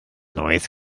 neues